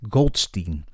Goldstein